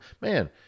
man